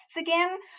again